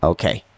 Okay